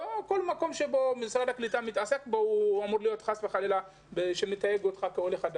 לא כל מקום שמשרד הקליטה מתעסק בו אמור חס וחלילה לתייג אותך כעולה חדש.